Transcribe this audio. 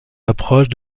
approches